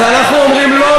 אז אנחנו אומרים: לא,